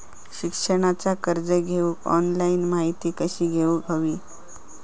शिक्षणाचा कर्ज घेऊक ऑनलाइन माहिती कशी घेऊक हवी?